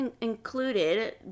included